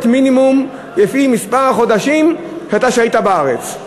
מינימום לפי מספר החודשים שאתה שהית בארץ.